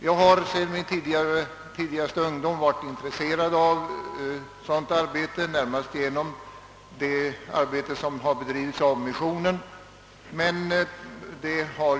Jag har sedan min tidigaste ungdom — då kanske mera på håll — varit intresserad av sådant arbete, närmast det som bedrivits av missionen.